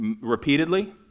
repeatedly